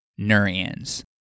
Nurians